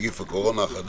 3)